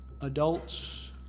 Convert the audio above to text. Adults